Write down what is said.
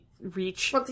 Reach